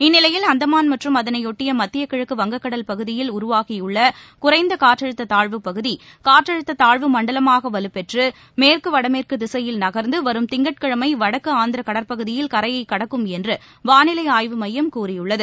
இந்நிலையில் அந்தமான் மற்றும் அதளையொட்டிய மத்திய கிழக்கு வங்கக்கடல் பகுதியில் உருவாகியுள்ள குறைந்த காற்றழுத்த தாழ்வுப் பகுதி காற்றழுத்த தாழ்வு மண்டலமாக வலுப்பெற்று மேற்கு வடமேற்கு திசையில் நகர்ந்து வரும் திங்கட்கிழமை வடக்கு ஆந்திர கடற்பகுதியில் கரையை கடக்கும் என்று வானிலை ஆய்வு மையம் கூறியுள்ளது